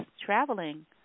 traveling